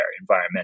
environmental